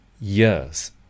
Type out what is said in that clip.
years